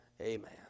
Amen